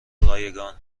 رایگان